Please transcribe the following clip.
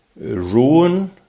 ruin